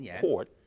Court